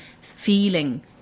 feeling